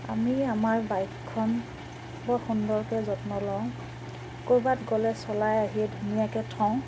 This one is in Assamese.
আমি আমাৰ বাইকখন বৰ সুন্দৰকৈ যত্ন লওঁ ক'ৰবাত গ'লে চলাই আহিয়েই ধুনীয়াকৈ থওঁ